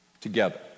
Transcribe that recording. together